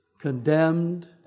condemned